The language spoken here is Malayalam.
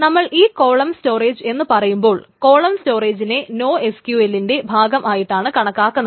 നമ്മൾ ഈ കോളം സ്റ്റോറേജ് എന്നു പറയുമ്പോൾ കോളം സ്റ്റോറെജിനെ നോഎസ്ക്യൂഎൽന്റെ ഭാഗമായിട്ടാണ് കണക്കാക്കുന്നത്